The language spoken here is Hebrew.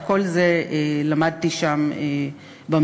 את כל זה למדתי שם במסדרונות,